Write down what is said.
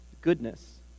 goodness